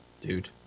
dude